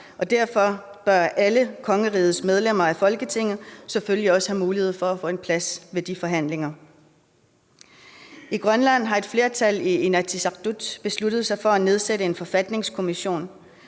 derfor bør alle kongerigets medlemmer af Folketinget selvfølgelig også have mulighed for at få en plads ved de forhandlinger. I Grønland har et flertal i Inatsisartut besluttet sig for at nedsætte en forfatningskommission.